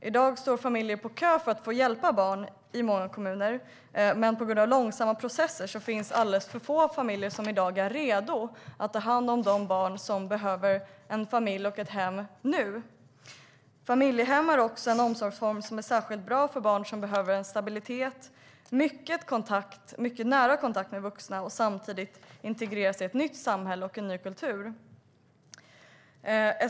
I dag står familjer i många kommuner i kö för att få hjälpa barn, men på grund av långsamma processer finns det alldeles för få familjer som i dag är redo att ta hand om de barn som nu behöver en familj och ett hem. Familjehem är en omsorgsform som är särskilt bra för barn som behöver en stabilitet och mycket nära kontakt med vuxna samtidigt som de integreras i ett nytt samhälle och en ny kultur.